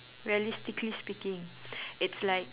realistically speaking it's like